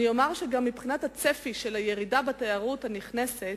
אני אומר שגם מבחינת הצפי של הירידה בתיירות הנכנסת,